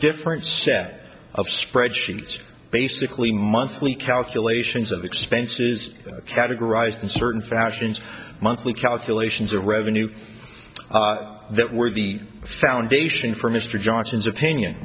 different set of spreadsheets basically monthly calculations of expenses categorized in certain fashions monthly calculations or revenue that were the foundation for mr johnson's opinion